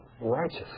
righteous